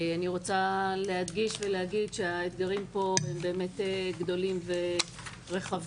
אני רוצה להדגיש ולהגיד שהאתגרים פה הם באמת גדולים ורחבים.